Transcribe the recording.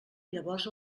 llavors